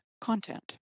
content